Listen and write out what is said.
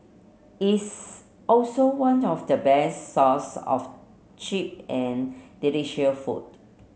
it's also one of the best source of cheap and delicious food